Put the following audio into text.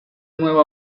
nuevo